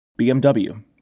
BMW